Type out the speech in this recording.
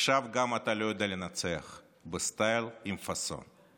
עכשיו אתה גם לא יודע לנצח בסטייל עם פאסון.